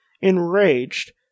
Enraged